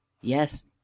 yes